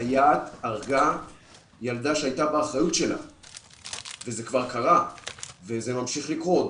סייעת הרגה ילדה שהייתה באחריות שלה וזה כבר קרה וזה ממשיך לקרות.